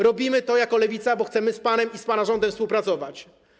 Robimy to jako Lewica, bo chcemy z panem i z pana rządem współpracować.